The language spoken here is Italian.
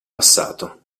passato